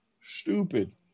stupid